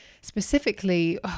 Specifically